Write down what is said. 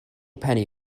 penny